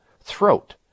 throat